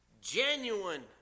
Genuine